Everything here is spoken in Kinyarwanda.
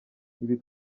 ibi